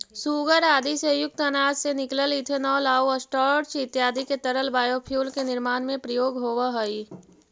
सूगर आदि से युक्त अनाज से निकलल इथेनॉल आउ स्टार्च इत्यादि के तरल बायोफ्यूल के निर्माण में प्रयोग होवऽ हई